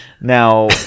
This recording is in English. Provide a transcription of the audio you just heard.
now